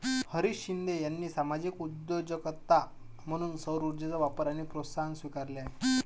हरीश शिंदे यांनी सामाजिक उद्योजकता म्हणून सौरऊर्जेचा वापर आणि प्रोत्साहन स्वीकारले आहे